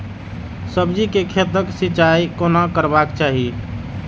सब्जी के खेतक सिंचाई कोना करबाक चाहि?